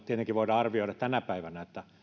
tietenkin voidaan arvioida tänä päivänä